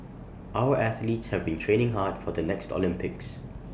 our athletes have been training hard for the next Olympics